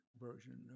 version